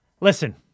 Listen